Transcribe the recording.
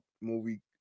movie